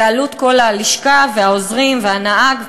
ועלות כל הלשכה והעוזרים והנהג,